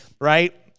right